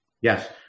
yes